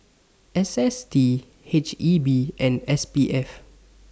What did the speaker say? S S T H E B and S P F